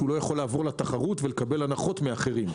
כי הוא לא יכול לעבור לתחרות ולקבל הנחות מאחרים.